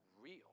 real